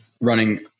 running